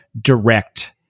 direct